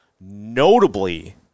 notably